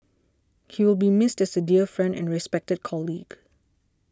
he will be missed as a dear friend and respected colleague